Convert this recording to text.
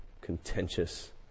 contentious